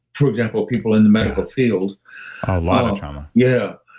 for example, people in the medical field a lot of trauma yeah.